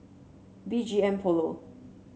B G M Polo